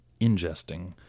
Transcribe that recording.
ingesting